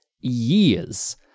years